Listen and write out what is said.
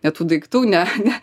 ne tų daiktų ne ne